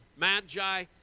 magi